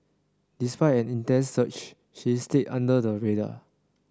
despite an intense search she stayed under the radar